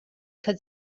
could